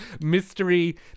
mystery